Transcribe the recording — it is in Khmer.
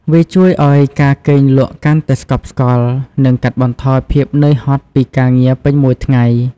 វាជួយឱ្យការគេងលក់កាន់តែស្កប់ស្កល់ និងកាត់បន្ថយភាពនឿយហត់ពីការងារពេញមួយថ្ងៃ។